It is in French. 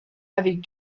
avec